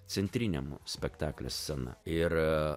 centriniam spektaklio scena ir